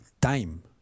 time